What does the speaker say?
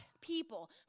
people